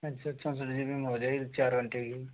अच्छा चौसठ जीबी में हो जाएगी चार घंटे की